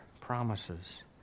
promises